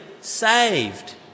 saved